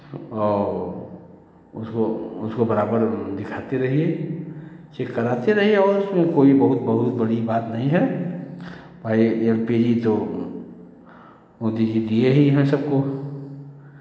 और उसको उसको बराबर दिखाते रहिए चेक कराते रहिए और उसमें कोई बहुत बहुत बड़ी बात नहीं है भाई एल पी जी तो मोदी जी दिए ही हैं सबको